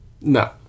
No